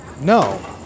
no